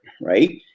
Right